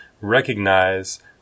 recognize